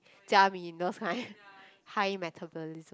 jia min those kind high metabolism